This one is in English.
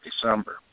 December